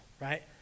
right